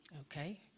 Okay